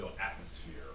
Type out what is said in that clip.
atmosphere